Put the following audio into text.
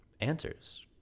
answers